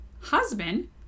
husband